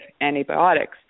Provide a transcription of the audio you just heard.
antibiotics